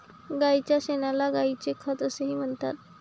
गायीच्या शेणाला गायीचे खत असेही म्हणतात